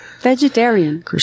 Vegetarian